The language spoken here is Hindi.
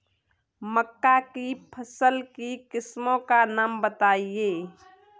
मक्का की फसल की किस्मों का नाम बताइये